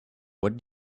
what